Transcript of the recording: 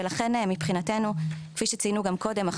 ולכן מבחינתנו כפי שציינו גם קודם,